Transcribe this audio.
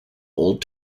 old